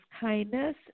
kindness